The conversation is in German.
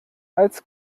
als